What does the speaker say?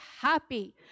happy